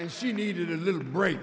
and she needed a little break